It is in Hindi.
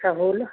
सहूल